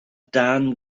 darn